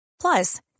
Plus